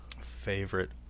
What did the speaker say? Favorite